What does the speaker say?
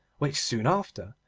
which soon after,